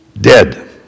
dead